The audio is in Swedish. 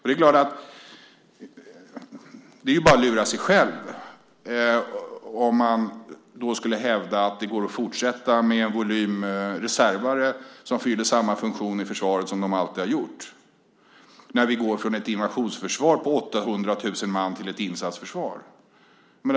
Det är bara att lura sig själv om man hävdar att det går att fortsätta med en volym reservare som fyller samma funktion i försvaret som de alltid har gjort när vi går från ett invasionsförsvar på 800 000 man till ett insatsförsvar.